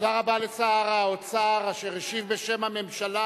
תודה רבה לשר האוצר, אשר השיב בשם הממשלה,